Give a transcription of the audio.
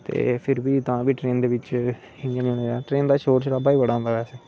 ते फिर बी तां बी ट्रेन दे बिच इयां नेई होना चाहिदा ट्रेन दा शोरशराबा बी बड़ा होंदा